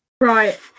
Right